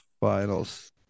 Finals